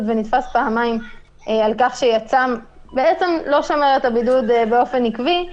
ונתפס פעמיים על כך שהוא לא שומר את הבידוד באופן עקבי,